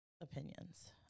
opinions